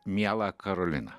miela karolina